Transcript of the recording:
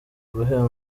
guhemba